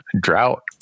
drought